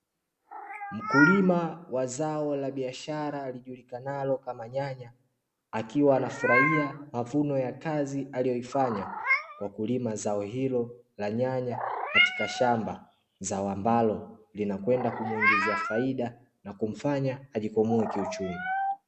Mkulima wa zao la biashara lijulikanalo kama nyanya, akiwa anafurahia mavuno ya kazi aliyoifanya kwa kulima zao hilo la nyanya katika shamba, zao ambalo linakwenda kumuingizia faida na kumfanya ajikwamue kiuchumi.